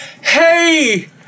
Hey